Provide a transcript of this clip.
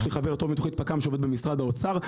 יש לי חבר טוב מתוכנית פק"מ שעובד במשרד האוצר.